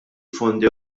fondi